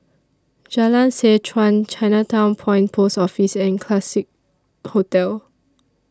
Jalan Seh Chuan Chinatown Point Post Office and Classique Hotel